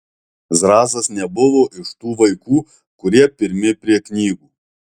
zrazas nebuvo iš tų vaikų kurie pirmi prie knygų